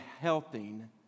helping